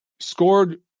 Scored